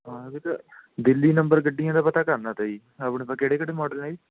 ਹਾਂ ਵੀਰ ਦਿੱਲੀ ਨੰਬਰ ਗੱਡੀਆਂ ਦਾ ਪਤਾ ਕਰਨਾ ਤਾ ਜੀ ਆਪਣੇ ਪਾ ਕਿਹੜੇ ਕਿਹੜੇ ਮੋਡਲ ਹੈ ਜੀ